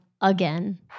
again